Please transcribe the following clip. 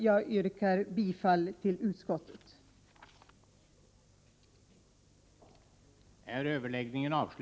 Jag yrkar bifall till utskottets hemställan.